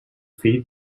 fill